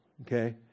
Okay